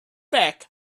back